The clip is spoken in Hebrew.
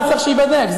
זה דבר שצריך שייבדק.